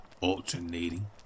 alternating